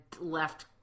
left